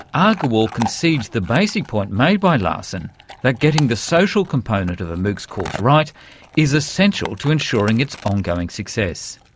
agarwal concedes the basic point made by larson that getting the social component of a moocs course right is essential to ensuring its ongoing success.